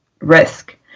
risk